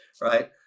right